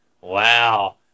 wow